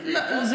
הכנסת עבאס,